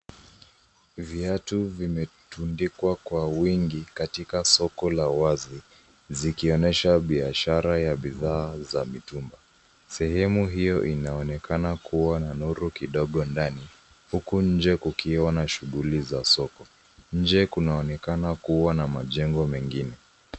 Viatu vimetundikwa kwa wingi katika soko la wazi, zikionyesha biashara ya bidhaa za mitumba. Sehemu hio inaonekana kua na nuru kidogo ndani, huku nje kukiwa na shughuli za soko. Nje kunaonekana kua na majengo mengine.